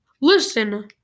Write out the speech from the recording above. Listen